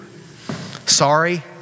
Sorry